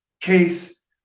case